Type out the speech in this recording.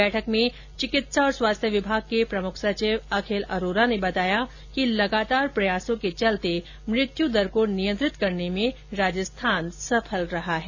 बैठक में चिकित्सा और स्वास्थ्य विभाग के प्रमुख सचिव अखिल अरोरा ने बताया कि लगातार प्रयासों के चलते मृत्यू दर को नियंत्रित करने में राजस्थान कामयाब रहा हैं